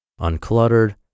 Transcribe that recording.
uncluttered